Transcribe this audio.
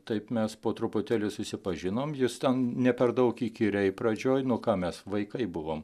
taip mes po truputėlį susipažinom jis ten ne per daug įkyriai pradžioj nu ką mes vaikai buvom